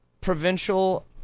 Provincial